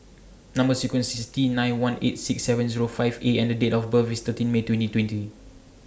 Number sequence IS T nine one eight six seven Zero five A and Date of birth IS thirteen May twenty twenty